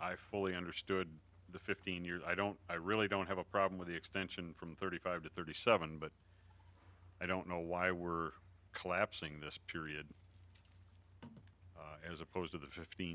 i fully understood the fifteen years i don't i really don't have a problem with the extension from thirty five to thirty seven but i don't know why we're collapsing this period as opposed to the fifteen